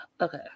Okay